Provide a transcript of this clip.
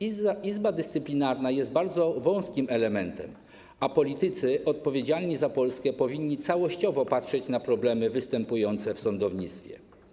Izba Dyscyplinarna jest bardzo wąskim elementem, a politycy odpowiedzialni za Polskę powinni całościowo patrzeć na problemy występujące w sądownictwie.